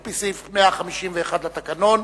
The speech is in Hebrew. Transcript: על-פי סעיף 153 לתקנון.